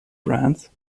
brandt